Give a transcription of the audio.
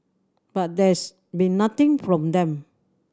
but there's been nothing from them